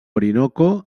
orinoco